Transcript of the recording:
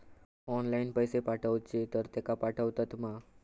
Online पैसे पाठवचे तर तेका पावतत मा?